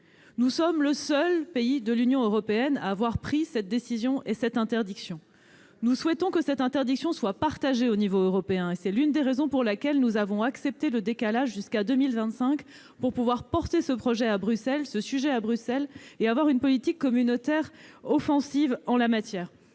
Nous sommes le seul pays de l'Union européenne à avoir pris cette décision d'interdiction. Nous souhaitons que celle-ci soit partagée au niveau européen. C'est l'une des raisons pour lesquelles nous avons accepté le décalage jusqu'à 2025, pour pouvoir porter ce sujet à Bruxelles et avoir une politique communautaire offensive en la matière.